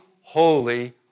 holy